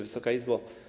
Wysoka Izbo!